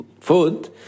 food